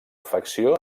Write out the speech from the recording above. facció